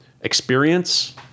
experience